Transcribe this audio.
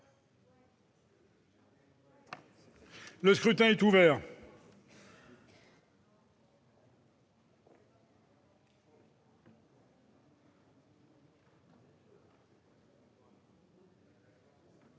Le scrutin est ouvert.